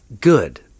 good